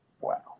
Wow